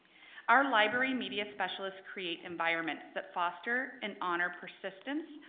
our library media specialists create environments that foster and honor persistence,